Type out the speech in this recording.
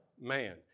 man